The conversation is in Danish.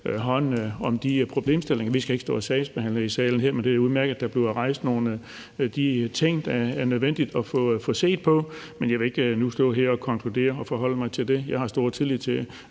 om de problemstillinger. Vi skal ikke stå og sagsbehandle her i salen, men det er udmærket, at der bliver rejst nogle af de ting, det er nødvendigt at få set på. Men jeg vil ikke nu stå her og konkludere på det og forholde mig til det. Jeg har stor tillid til,